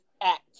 act